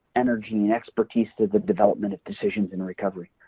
energy, and expertise to the development of decisions in recovery.